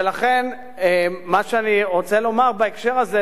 ולכן מה שאני רוצה לומר בהקשר הזה,